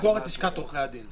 הולכים לסגור את לשכת עורכי הדין.